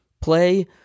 play